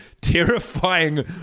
terrifying